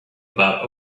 about